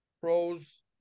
pros